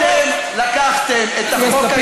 אתם לקחתם את החוק הישראלי,